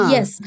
Yes